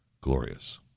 glorious